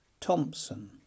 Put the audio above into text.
Thompson